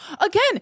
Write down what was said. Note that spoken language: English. Again